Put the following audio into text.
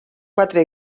quatre